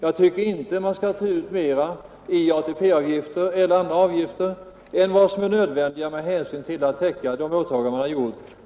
Jag tycker inte att man skall ta ut mera ATP-avgifter eller andra avgifter än vad som är nödvändigt för att täcka de pensionsåtaganden man har gjort.